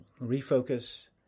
Refocus